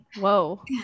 whoa